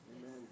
Amen